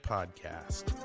Podcast